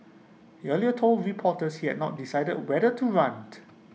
he earlier told reporters he had not decided whether to runt